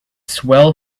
swell